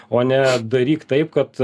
o ne daryk taip kad